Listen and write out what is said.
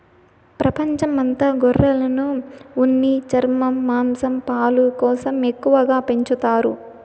ప్రపంచం అంత గొర్రెలను ఉన్ని, చర్మం, మాంసం, పాలు కోసం ఎక్కువగా పెంచుతారు